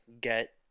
get